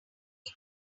was